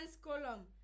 column